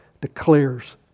declares